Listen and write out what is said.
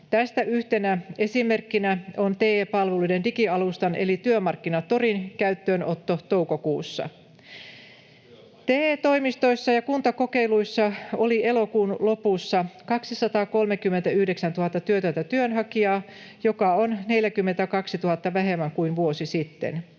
Tästä yhtenä esimerkkinä on TE-palveluiden digialustan eli Työmarkkinatorin käyttöönotto toukokuussa. [Sinuhe Wallinheimon välihuuto] TE-toimistoissa ja kuntakokeiluissa oli elokuun lopussa 239 000 työtöntä työnhakijaa, mikä on 42 000 vähemmän kuin vuosi sitten.